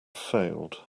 failed